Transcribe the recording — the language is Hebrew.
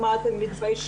במה אתן מתביישות,